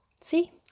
See